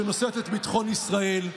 שנושאת את ביטחון ישראל,